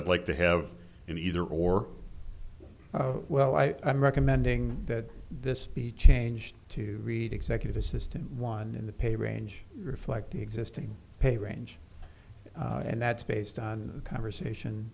i'd like to have an either or well i'm recommending that this be changed to read executive assistant one in the paper range reflect the existing pay range and that's based on the conversation